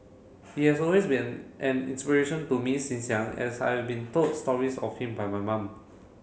he has always been an inspiration to me since young as I've been told stories of him by my mum